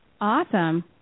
Awesome